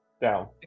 down